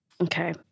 Okay